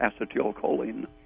acetylcholine